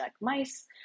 mice